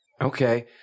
Okay